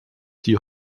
die